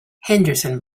henderson